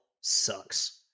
sucks